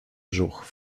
brzuch